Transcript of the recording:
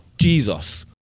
Jesus